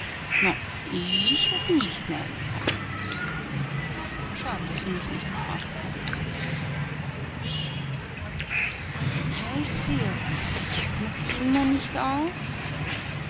ich hätt nicht nein g'sagt schad daß sie mich nicht g'fragt hat heiß wird's noch immer nicht aus